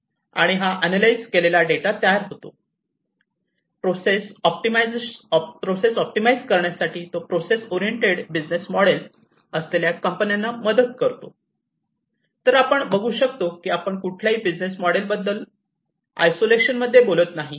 आणि हा अनालाइज केलेला डेटा तयार होतो आणि प्रोसेस ऑप्प्टीमाईझ करण्यासाठी तो प्रोसेस ओरिएंटेड बिझनेस मॉडेल असलेल्या कंपन्यांना मदत करतो तर आपण बघू शकतो की आपण कुठल्याही बिझनेस मॉडेल बद्दल आसोलेशनमध्ये बोलत नाही